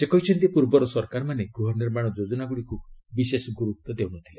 ସେ କହିଛନ୍ତି ପୂର୍ବର ସରକାରମାନେ ଗୃହନିର୍ମାଣ ଯୋଜନାଗୁଡ଼ିକୁ ବିଶେଷ ଗୁରୁତ୍ୱ ଦେଉ ନ ଥିଲେ